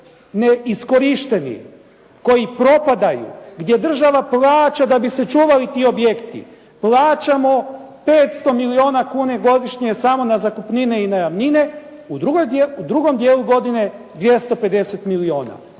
neiskorišteni, koji propadaju, gdje država plaća da bi se čuvali ti objekti. Plaćamo 500 milijona kuna godišnje samo na zakupnine i najamnine, u drugom dijelu godine 250 milijona.